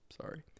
sorry